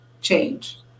change